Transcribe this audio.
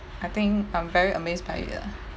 I think I'm very amazed by it lah